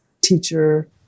teacher